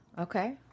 Okay